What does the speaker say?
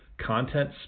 content